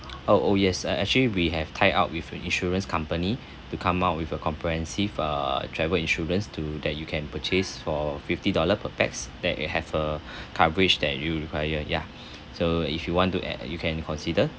oh oh yes uh actually we have tied up with an insurance company to come out with a comprehensive uh travel insurance to that you can purchase for fifty dollar per pax that have a coverage that you require ya so if you want to add you can consider